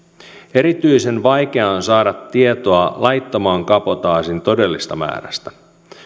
erityisen vaikeaa on saada tietoa laittoman kabotaasin todellisesta määrästä